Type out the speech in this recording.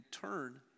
turn